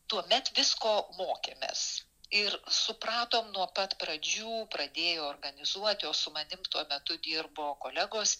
tuomet visko mokėmės ir supratom nuo pat pradžių pradėjo organizuoti o su manim tuo metu dirbo kolegos